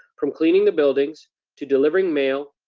from cleaning the buildings to delivering mail,